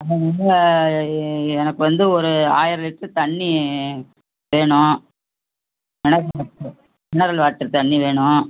இல்லை எ எனக்கு வந்து ஒரு ஆயிரம் லிட்ரு தண்ணி வேணும் மினரல் வாட்டர் மினரல் வாட்டர் தண்ணி வேணும்